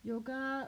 yoga